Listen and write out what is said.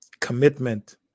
Commitment